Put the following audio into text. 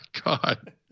God